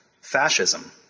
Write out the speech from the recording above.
fascism